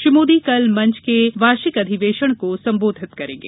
श्री मोदी कल मंच के वार्षिक अधिवेशन को संबोधित करेंगे